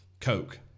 Coke